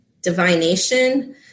divination